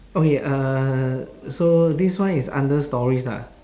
okay uh so this one is under stories lah